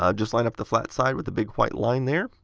um just line up the flat side with the big white line there.